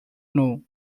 know